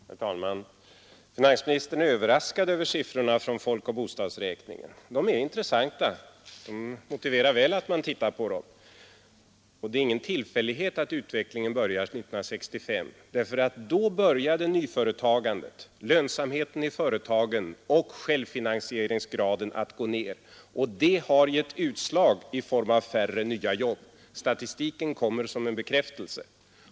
Herr talman! Finansministern är överraskad över siffrorna från folk och bostadsräkningen. De är intressanta, och de motiverar väl att man tittar på dem. Det är ingen tillfällighet att utvecklingen började år 1965. Då började nämligen nyföretagandet, lönsamheten i företagen och självfinansieringsgraden att gå ned. Och det har gett utslag i form av färre nya jobb. Statistiken kommer som en bekräftelse.